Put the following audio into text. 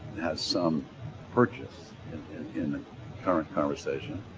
has some purchase in the current conversation,